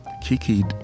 Kiki